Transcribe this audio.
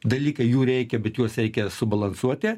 dalykai jų reikia bet juos reikia subalansuoti